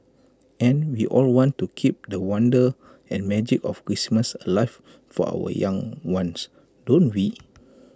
and we all want to keep the wonder and magic of Christmas alive for our young ones don't we